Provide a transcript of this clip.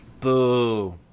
Boo